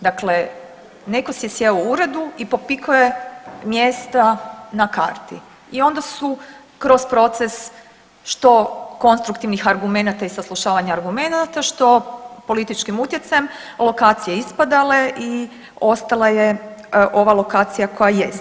Dakle, netko si je sjeo u uredu i popikao je mjesta na karti i onda su kroz proces što konstruktivnih argumenata i saslušavanja argumenata, što političkim utjecajem lokacije ispadale i ostala je ova lokacija koja jest.